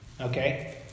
Okay